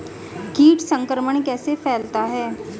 कीट संक्रमण कैसे फैलता है?